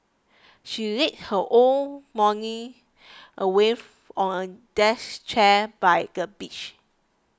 she lazed her whole morning away on a deck chair by the beach